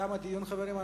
תם הדיון, חברים.